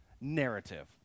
narrative